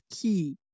key